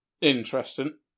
Interesting